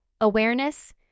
awareness